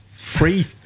Free